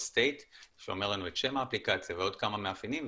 מדינה שאומר לנו את שם האפליקציה ועוד כמה מאפיינים.